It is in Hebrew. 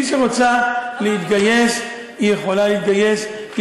מי שרוצה להתגייס יכולה להתגייס.